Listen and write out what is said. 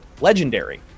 Legendary